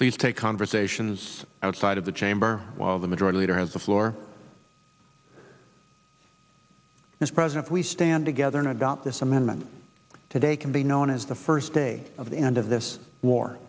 take conversations outside of the chamber while the majority leader has the floor as president we stand together and i got this amendment today can be known as the first day of the end of this war